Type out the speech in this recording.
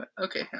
Okay